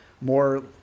more